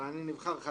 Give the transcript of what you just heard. אבל אני נבחר חדש.